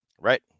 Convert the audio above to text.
Right